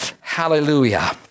Hallelujah